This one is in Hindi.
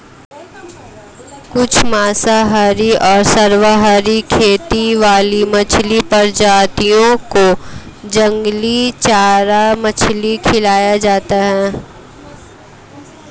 कुछ मांसाहारी और सर्वाहारी खेती वाली मछली प्रजातियों को जंगली चारा मछली खिलाया जाता है